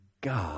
God